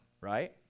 right